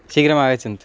शीघ्रम् आगच्छन्तु